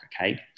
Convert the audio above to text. Okay